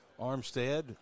Armstead